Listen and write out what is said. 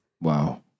Wow